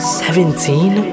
seventeen